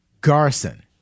Garson